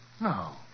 No